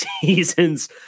seasons